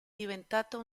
diventato